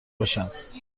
باشند